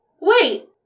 Wait